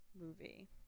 movie